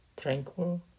tranquil